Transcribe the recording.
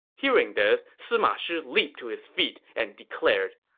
hearing this, sima shi leaped to his feet and declared,